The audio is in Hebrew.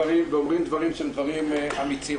ואומרים דברים שהם דברים אמיצים.